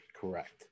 correct